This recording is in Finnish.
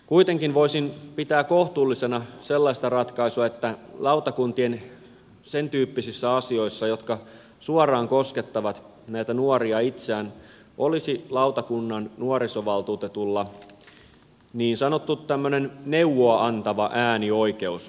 kuitenkin voisin pitää kohtuullisena sellaista ratkaisua että lautakuntien sen tyyppisissä asioissa jotka suoraan koskettavat näitä nuoria itseään olisi lautakunnan nuorisovaltuutetulla niin sanottu neuvoa antava äänioikeus